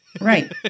Right